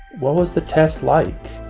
what was the test like?